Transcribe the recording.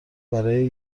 برای